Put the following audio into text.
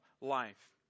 life